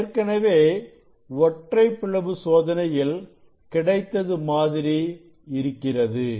இது ஏற்கனவே ஒற்றைப் பிளவு சோதனையில் கிடைத்தது மாதிரி இருக்கிறது